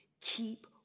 keep